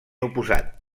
oposat